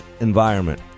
environment